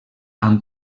amb